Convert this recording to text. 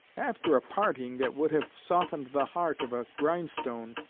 after a parting that would have softened the heart of a grindstone,